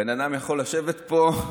הבן אדם יכול לשבת פה,